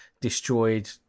destroyed